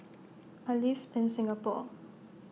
I live in Singapore